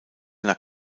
nach